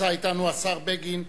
נמצא אתנו השר בגין,